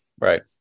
right